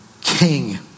king